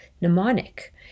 mnemonic